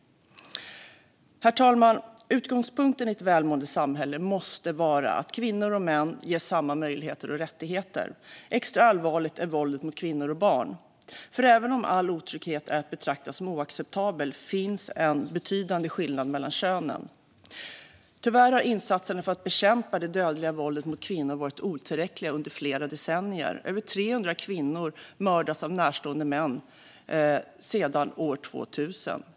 Herr talman! Utgångspunkten i ett välmående samhälle måste vara att kvinnor och män ges samma möjligheter och rättigheter. Extra allvarligt är våldet mot kvinnor och barn. Även om all otrygghet är att betrakta som oacceptabel finns en betydande skillnad mellan könen, men tyvärr har insatserna för att bekämpa det dödliga våldet mot kvinnor varit otillräckliga under flera decennier. Över 300 kvinnor har mördats av närstående män sedan år 2000.